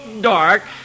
dark